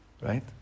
right